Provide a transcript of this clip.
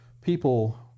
people